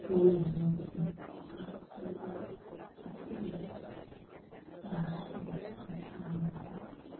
ᱢᱚᱱᱮ ᱞᱟᱜᱟᱣ ᱠᱟᱛᱮ ᱯᱟᱲᱦᱟᱜ ᱠᱷᱟᱱ ᱚᱱᱟ ᱟᱢᱟᱜ ᱞᱟᱹᱠᱛᱤᱨᱮ ᱞᱟᱜᱟᱜᱼᱟ ᱟᱨ ᱢᱤᱫ ᱫᱤᱱ ᱦᱤᱞᱳᱜ ᱟᱢ ᱥᱮᱬᱟ ᱦᱚᱲᱮᱢ ᱵᱮᱱᱟᱜᱼᱟ